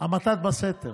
המתת בסתר,